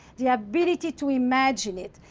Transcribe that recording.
the ability to imagine it,